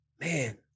man